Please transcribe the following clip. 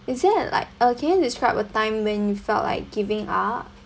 is it like again describe a time when you felt like giving up